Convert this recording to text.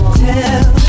tell